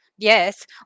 Yes